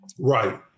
Right